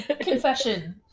Confession